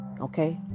okay